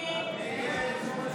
הצבעה.